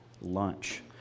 lunch